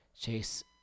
Chase